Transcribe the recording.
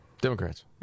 Democrats